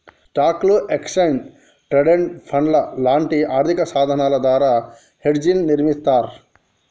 స్టాక్లు, exchange traded ఫండ్లు లాంటి ఆర్థికసాధనాల నుండి హెడ్జ్ని నిర్మిత్తర్